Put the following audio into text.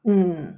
mm